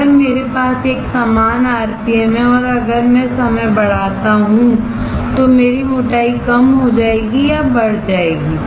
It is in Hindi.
अगर मेरे पास एक समान आरपीएम है और अगर मैं समय बढ़ाता हूं तो मेरी मोटाई कम हो जाएगी या बढ़ जाएगी